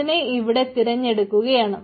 അതിനെ ഇവിടെ തിരഞ്ഞെടുത്തിരിക്കുകയാണ്